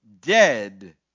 dead